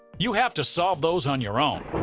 you have to solve those on your own.